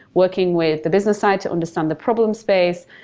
working with the business side to understand the problem space,